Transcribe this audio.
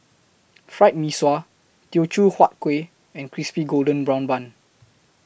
Fried Mee Sua Teochew Huat Kueh and Crispy Golden Brown Bun